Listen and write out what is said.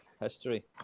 history